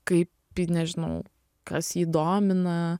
kaip nežinau kas jį domina